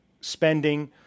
spending